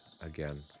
again